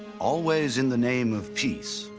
always in the name of peace,